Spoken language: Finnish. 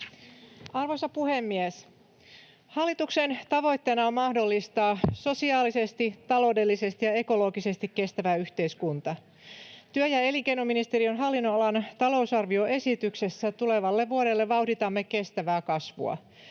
Arvoisa puhemies! Hallituksen tavoitteena on mahdollistaa sosiaalisesti, taloudellisesti ja ekologisesti kestävä yhteiskunta. Työ- ja elinkeinoministeriön hallinnonalan talousarvioesityksessä tulevalle vuodelle vauhditamme kestävää kasvua.